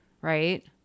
Right